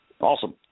Awesome